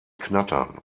knattern